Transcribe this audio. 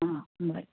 आं बरें